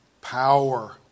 power